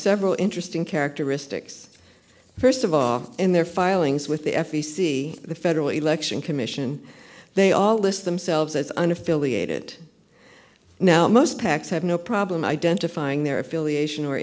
several interesting characteristics first of all in their filings with the f e c the federal election commission they all list themselves as an affiliated now most pacs have no problem identifying their affiliation or